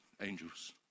angels